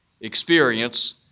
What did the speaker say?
experience